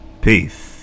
peace